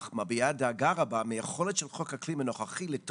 אך מביעה דאגה מהיכולת של חוק האקלים הנוכחי לתרום